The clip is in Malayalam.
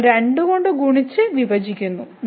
നമ്മൾ 2 കൊണ്ട് ഗുണിച്ച് വിഭജിക്കുന്നു